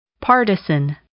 partisan